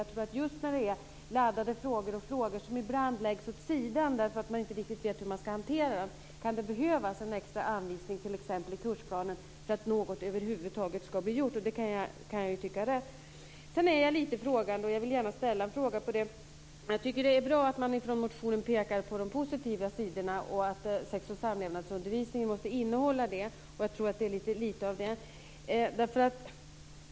Jag tror att när det gäller just laddade frågor och frågor som ibland läggs åt sidan därför att man inte vet hur man ska hantera dem, kan det behövas en extra anvisning, t.ex. i kursplanen, för att något över huvud taget ska bli gjort. Sedan är jag lite frågande när det gäller en sak. Jag tycker att det är bra att man i motionen pekar på de positiva sidorna och att sex och samlevnadsundervisningen måste innehålla det. Jag tror att det finns lite för lite av det.